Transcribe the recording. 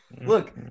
Look